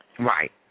Right